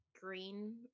green